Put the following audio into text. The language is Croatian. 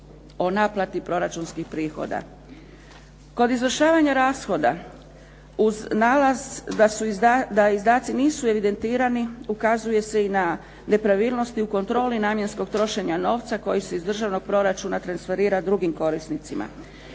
o naplati proračunskih prihoda. Kod izvršavanja rashoda uz nalaz da izdaci nisu evidentirani ukazuje se i na nepravilnosti u kontroli namjenskog trošenja novca koji se iz državnog proračuna transferira drugim korisnicima.